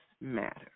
matter